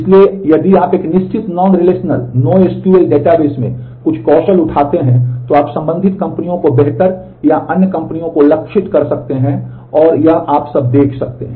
इसलिए यदि आप एक निश्चित नॉन रिलेशनल डेटाबेस में कुछ कौशल उठाते हैं तो आप संबंधित कंपनियों को बेहतर या अन्य कंपनियों को लक्षित कर सकते हैं और आप यह सब देख सकते हैं